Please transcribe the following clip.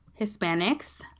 Hispanics